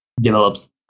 develops